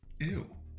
Ew